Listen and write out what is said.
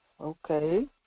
okay